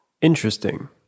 Interesting